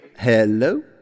Hello